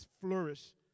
Flourish